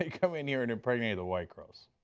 ah come in here and impregnate a white girl,